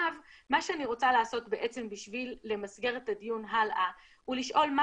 מה שאני רוצה לעשות בעצם בשביל למסגר את הדיון הלאה הוא לשאול מה